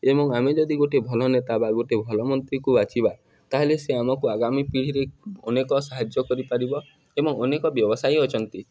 ଏବଂ ଆମେ ଯଦି ଗୋଟେ ଭଲ ନେତା ବା ଗୋଟେ ଭଲମନ୍ତ୍ରୀକୁ ବାଛିବା ତାହେଲେ ସେ ଆମକୁ ଆଗାମୀ ପିଢ଼ିରେ ଅନେକ ସାହାଯ୍ୟ କରିପାରିବ ଏବଂ ଅନେକ ବ୍ୟବସାୟୀ ଅଛନ୍ତି